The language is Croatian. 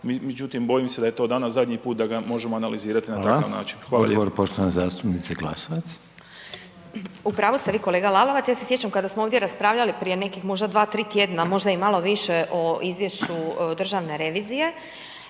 međutim, bojim se da je to danas zadnji put da ga možemo analizirati na takav način. Hvala lijepo.